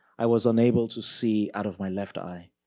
i was unable to see out of my left eye.